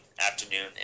afternoon